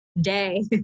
day